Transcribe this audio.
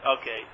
Okay